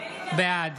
בעד